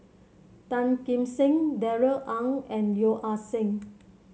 Tan Kim Seng Darrell Ang and Yeo Ah Seng